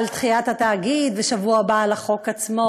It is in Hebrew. על דחיית התאגיד, ובשבוע הבא על החוק עצמו?